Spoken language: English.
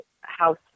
house